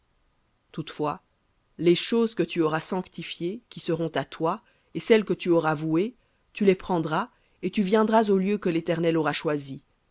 toutefois les choses que tu auras sanctifiées qui seront à toi et celles que tu auras vouées tu les prendras et tu viendras au lieu que l'éternel aura choisi